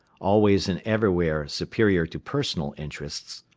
always and everywhere superior to personal interests,